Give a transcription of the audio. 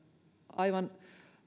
aivan